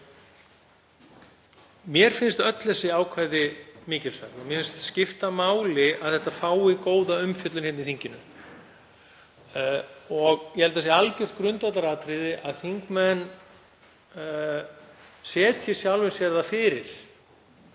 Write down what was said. Mér finnst öll þessi ákvæði mikilsverð og mér finnst skipta máli að þau fái góða umfjöllun hér í þinginu. Ég held að það sé algjört grundvallaratriði að þingmenn setji sjálfum sér það fyrir